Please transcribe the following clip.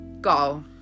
Go